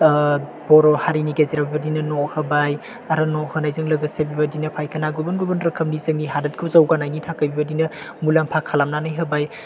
बर' हारिनि गेजेराव बेबायदिनो न' होबाय आरो न' होनायजों लोगोसे बेबायदिनो फायखाना गुबुन गुबुन रोखोमनि जोंनि हादोरखौ जौगानायनि थाखाय बेबायदिनो मुलाम्फा खालामनानै होबाय